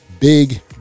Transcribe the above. big